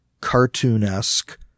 cartoon-esque